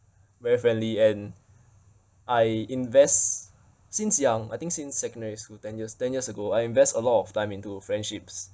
very friendly and I invest since young I think since secondary school ten years ten years ago I invest a lot of time into friendships